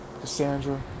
cassandra